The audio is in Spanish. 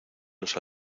los